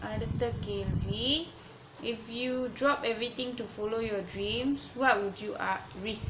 அடுத்த கேள்வி:adutha kelvi if you drop everything to follow your dreams what would you risk